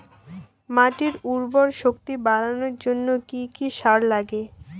মাটির উর্বর শক্তি বাড়ানোর জন্য কি কি সার লাগে?